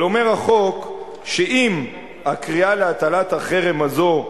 אבל אומר החוק שאם הקריאה להטלת החרם הזו,